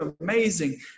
amazing